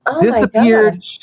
disappeared